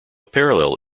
parallel